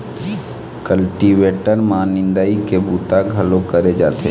cultivator म निंदई के बूता घलोक करे जाथे